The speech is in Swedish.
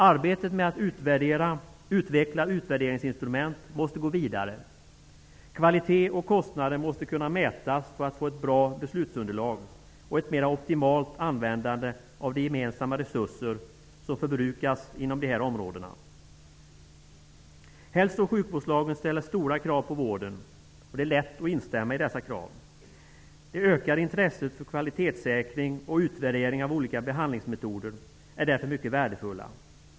Arbetet med att utveckla utvärderingsinstrument måste gå vidare. Kvalitet och kostnader måste kunna mätas när det gäller att få ett bra beslutsunderlag och ett mera optimalt användande av de gemensamma resurser som förbrukas inom de här områdena. Hälso och sjukvårdslagen ställer stora krav på vården. Det är lätt att instämma i dessa krav. Det ökade intresset för kvalitetssäkring och utvärdering av olika behandlingsmetoder är därför mycket värdefullt.